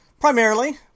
Primarily